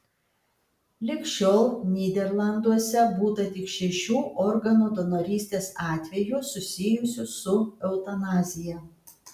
lig šiol nyderlanduose būta tik šešių organų donorystės atvejų susijusių su eutanazija